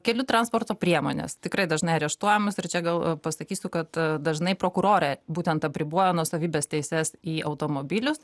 kelių transporto priemonės tikrai dažnai areštuojamos ir čia gal pasakysiu kad dažnai prokurorė būtent apriboja nuosavybės teises į automobilius